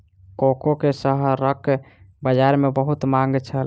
cocoa के शहरक बजार में बहुत मांग छल